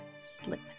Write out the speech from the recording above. slip